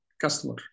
customer